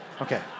Okay